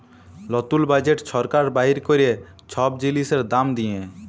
লতুল বাজেট ছরকার বাইর ক্যরে ছব জিলিসের দাম দিঁয়ে